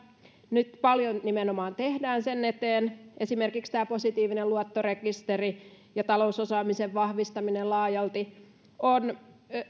nyt tehdään paljon nimenomaan sen eteen esimerkiksi tämä positiivinen luottorekisteri ja talousosaamisen vahvistaminen laajalti ovat